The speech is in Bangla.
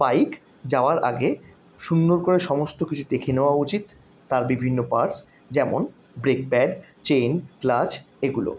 বাইক যাওয়ার আগে সুন্দর করে সমস্ত কিছু দেখে নেওয়া উচিত তার বিভিন্ন পার্টস যেমন ব্রেক প্যাড চেন ক্লাচ এগুলো